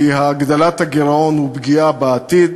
כי הגדלת הגירעון היא פגיעה בעתיד.